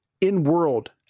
in-world